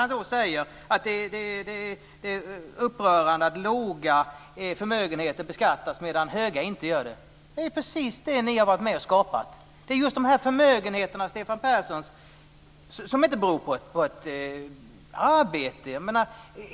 Han säger att det är upprörande att små förmögenheter beskattas medan stora inte gör det. Det är precis det som ni har varit med och skapat. Stefan Perssons förmögenhet grundar sig ju inte på arbete.